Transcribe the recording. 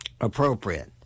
appropriate